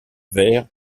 verts